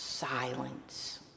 Silence